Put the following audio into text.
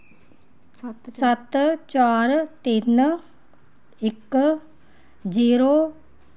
सत्त चार तिन्न इक जीरो